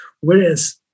Whereas